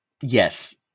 Yes